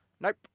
Nope